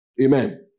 Amen